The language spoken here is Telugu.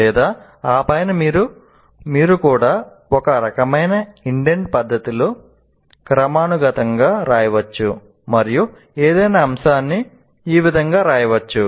లేదా ఆ పైన మీరు కూడా ఒక రకమైన ఇండెంట్ పద్ధతిలో క్రమానుగతంగా వ్రాయవచ్చు మరియు ఏదైనా అంశాన్ని ఈ విధంగా వివరించవచ్చు